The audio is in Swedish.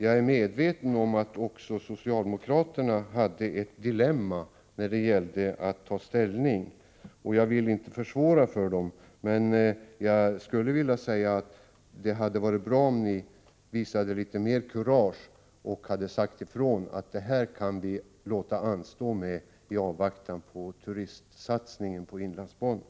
Jag är medveten om att också socialdemokraterna hade ett dilemma när det gällde att ta ställning, och jag vill inte försvåra för dem. Ändå skulle jag vilja säga att det hade varit bra, om ni hade visat litet mer kurage och sagt ifrån, att det här kan vi låta anstå i avvaktan på turistsatsningen på inlandsbanan.